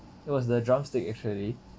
it was the drumstick actually